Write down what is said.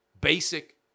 basic